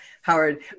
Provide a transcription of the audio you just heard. Howard